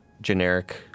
generic